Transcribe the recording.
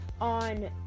on